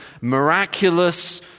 miraculous